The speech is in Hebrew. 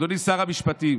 אדוני שר המשפטים,